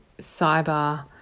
cyber